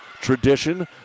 tradition